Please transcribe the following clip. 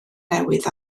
newydd